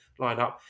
lineup